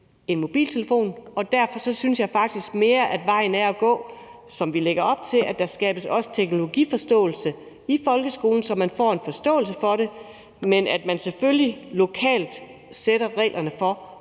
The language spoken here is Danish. en mobiltelefon. Derfor synes jeg faktisk, at den vej, vi skal gå, og som vi lægger op til, mere er at skabe teknologiforståelse i folkeskolen, så eleverne får en forståelse af det, men at man selvfølgelig lokalt sætter reglerne for,